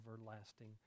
everlasting